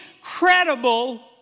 credible